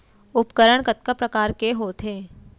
उपकरण कतका प्रकार के होथे?